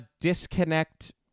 disconnect